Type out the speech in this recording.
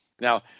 Now